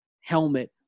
helmet